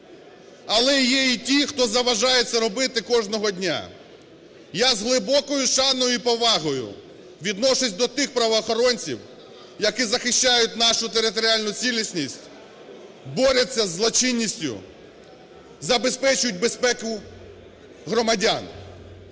але є і ті, хто заважає це робити кожного дня. Я з глибокою шаною і повагою відношусь до тих правоохоронців, які захищають нашу територіальну цілісність, борються із злочинністю, забезпечують безпеку громадян,